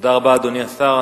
תודה רבה, אדוני השר.